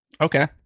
okay